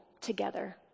together